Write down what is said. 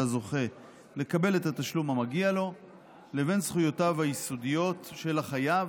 הזוכה לקבל את התשלום המגיע לו לבין זכויותיו היסודיות של החייב,